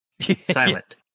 Silent